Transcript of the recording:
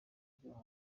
ibyaha